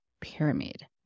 pyramid